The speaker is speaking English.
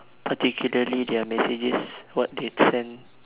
particularly their messages what they send